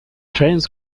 trains